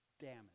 damage